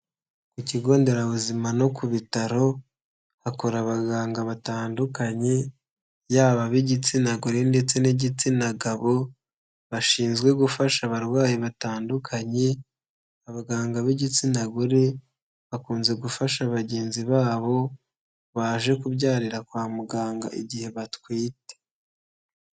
Ku kigo nderabuzima no ku bitaro, hakora abaganga batandukanye yaba ab'igitsina gore ndetse n'igitsina gabo bashinzwe gufasha abarwayi batandukanye, abaganga b'igitsina gore bakunze gufasha bagenzi babo baje kubyarira kwa muganga igihe batwite.